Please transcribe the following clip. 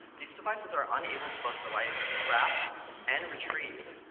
these devices are unable to both reliably trap and retrieve,